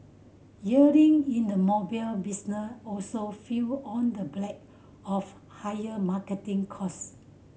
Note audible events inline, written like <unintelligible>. earning in the mobile <unintelligible> also fell on the black of higher marketing cost